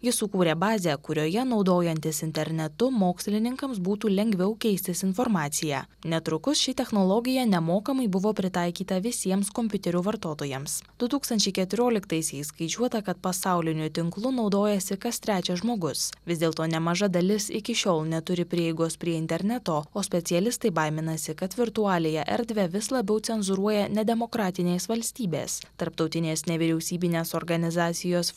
jis sukūrė bazę kurioje naudojantis internetu mokslininkams būtų lengviau keistis informacija netrukus ši technologija nemokamai buvo pritaikyta visiems kompiuterių vartotojams su tūkstančiai keturioliktaisiais skaičiuota kad pasauliniu tinklu naudojasi kas trečias žmogus vis dėlto nemaža dalis iki šiol neturi prieigos prie interneto o specialistai baiminasi kad virtualiąją erdvę vis labiau cenzūruoja nedemokratinės valstybės tarptautinės nevyriausybinės organizacijos